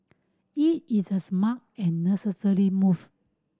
it is a smart and necessary move